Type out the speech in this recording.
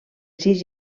sis